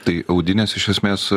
tai audinės iš esmės